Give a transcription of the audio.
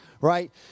right